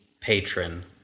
patron